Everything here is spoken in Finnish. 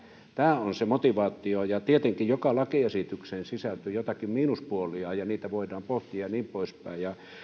tämä on se motivaatio tietenkin joka lakiesitykseen sisältyy joitakin miinuspuolia ja niitä voidaan pohtia ja niin poispäin